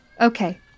Okay